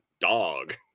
dog